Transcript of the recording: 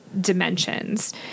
dimensions